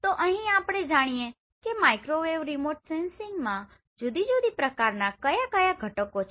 તો અહી ચાલો આપણે જાણીએ કે માઇક્રોવેવ રિમોટ સેન્સિંગમાં જુદી જુદી પ્રકારના કયા કયા ઘટકો છે